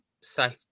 safe